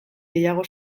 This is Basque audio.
gehiago